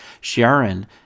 Sharon